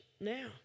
now